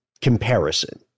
comparison